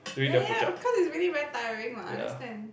ya ya cause it's really very tiring what I understand